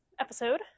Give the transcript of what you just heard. episode